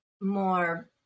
more